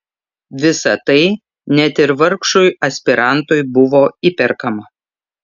visa tai net ir vargšui aspirantui buvo įperkama